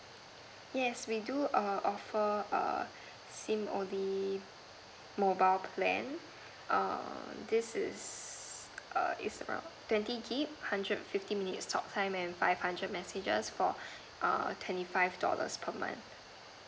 yes we do err offer err SIM only mobile plan err this is err it's around twenty gig hundred fifty minutes talk time and five hundred messages for err twenty five dollars per month